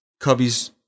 Cubbies